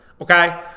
okay